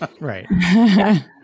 Right